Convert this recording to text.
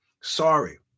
Sorry